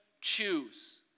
choose